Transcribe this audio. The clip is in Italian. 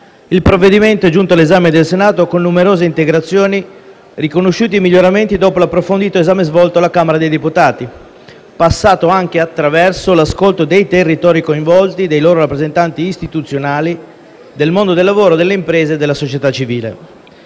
Il provvedimento è giunto all’esame del Senato con numerose integrazioni e riconosciuti miglioramenti dopo l’approfondito esame svolto presso la Camera dei deputati, passato anche attraverso l’ascolto dei rappresentanti istituzionali dei territori coinvolti del mondo del lavoro, delle imprese e della società civile.